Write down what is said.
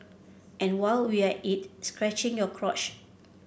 and while we at it scratching your crotch